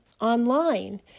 online